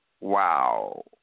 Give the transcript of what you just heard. Wow